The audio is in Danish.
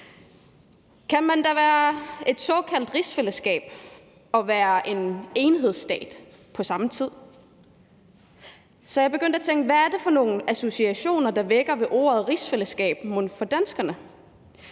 Kan man da være et såkaldt rigsfællesskab og være en enhedsstat på samme tid? Så jeg begyndte at tænke over, hvad det er for nogle associationer, der mon vækkes for danskerne